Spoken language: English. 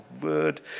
word